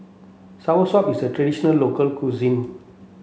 Soursop is a traditional local cuisine